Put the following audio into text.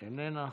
איננה.